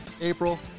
April